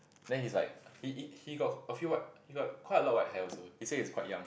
then he's like he he he got a few white he got quite a lot of white hair also he say he's quite young